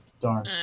darn